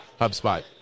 HubSpot